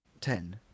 Ten